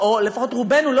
או לפחות רובנו,